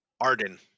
Arden